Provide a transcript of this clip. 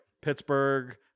Pittsburgh